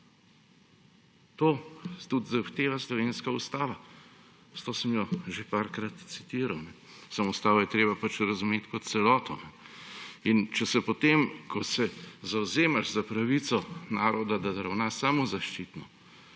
To tudi zahteva slovenska ustava, zato sem jo že parkrat citiral; samo ustavo je treba pač razumeti kot celoto. Če se potem, ko se zavzemaš za pravico naroda, da ravna samozaščitno,